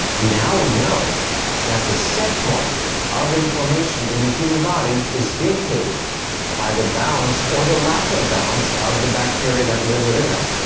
and now we know that the set point of inflammation in the human body is dictated by the balance or the lack of balance of the bacteria that live within us.